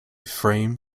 frame